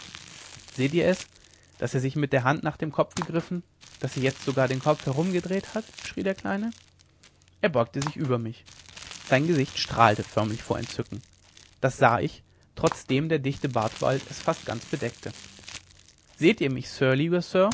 seht ihr es daß er sich mit der hand nach dem kopf gegriffen daß er jetzt sogar den kopf herumgedreht hat schrie der kleine er beugte sich über mich sein gesicht strahlte förmlich vor entzücken das sah ich trotzdem der dichte bartwald es fast ganz bedeckte seht ihr mich